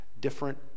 different